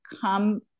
come